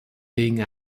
being